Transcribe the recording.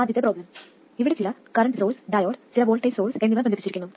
ആദ്യത്തെ പ്രോബ്ലം ഇവിടെ ചില കറൻറ് സോഴ്സ് ഡയോഡ് ചില വോൾട്ടേജ് സോഴ്സ് എന്നിവ ബന്ധിപ്പിച്ചിരിക്കുന്നു